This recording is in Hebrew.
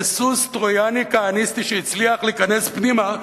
זה סוס טרויאני כהניסטי שהצליח להיכנס פנימה,